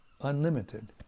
unlimited